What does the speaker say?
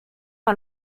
man